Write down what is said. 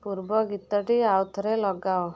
ପୂର୍ବ ଗୀତଟି ଆଉଥରେ ଲଗାଅ